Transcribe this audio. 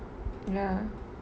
ya